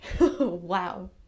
Wow